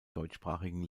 deutschsprachigen